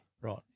right